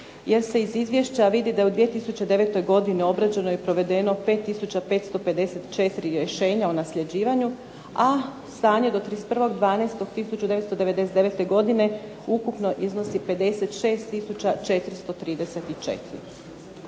jer se iz izvješća vidi da je u 2009. godini obrađeno i provedeno 5554 rješenja o nasljeđivanju, a stanje do 31.12.1999. godine ukupno iznosi 56